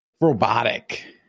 Robotic